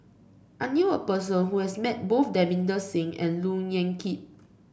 I knew a person who has met both Davinder Singh and Look Yan Kit